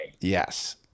Yes